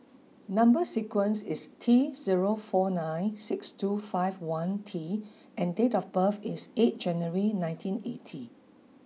number sequence is T zero four nine six two five one T and date of birth is eight January nineteen eighty